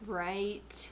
right